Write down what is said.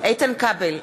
איתן כבל,